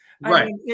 Right